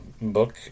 book